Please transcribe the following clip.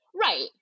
Right